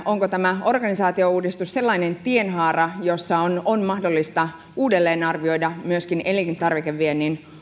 onko tämä organisaatiouudistus sellainen tienhaara jossa on mahdollista uudelleenarvioida myöskin elintarvikeviennin